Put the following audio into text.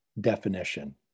definition